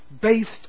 based